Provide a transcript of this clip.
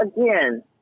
again